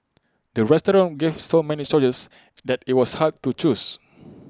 the restaurant gave so many choices that IT was hard to choose